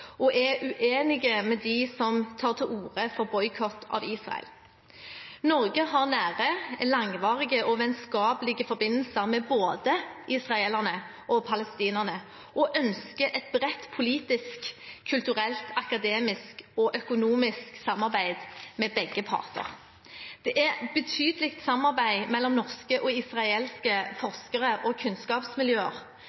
og er uenig med dem som tar til orde for boikott av Israel. Norge har nære, langvarige og vennskapelige forbindelser med både israelerne og palestinerne og ønsker et bredt politisk, kulturelt, akademisk og økonomisk samarbeid med begge parter. Det er et betydelig samarbeid mellom norske og israelske